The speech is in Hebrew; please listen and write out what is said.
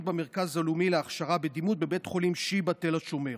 במרכז הלאומי להכשרה בדימות בבית חולים שיבא תל השומר.